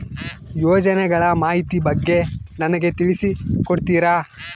ಯೋಜನೆಗಳ ಮಾಹಿತಿ ಬಗ್ಗೆ ನನಗೆ ತಿಳಿಸಿ ಕೊಡ್ತೇರಾ?